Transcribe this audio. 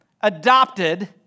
adopted